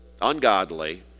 ungodly